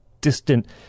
distant